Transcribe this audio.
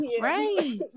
Right